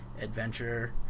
adventure